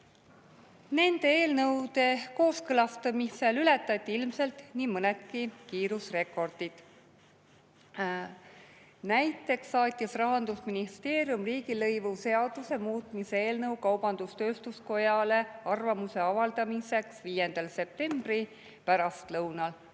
Nende eelnõude kooskõlastamisel ületati ilmselt nii mõnedki kiirusrekordid. Näiteks saatis Rahandusministeerium riigilõivuseaduse muutmise eelnõu kaubandus-tööstuskojale arvamuse avaldamiseks 5. septembri pärastlõunal,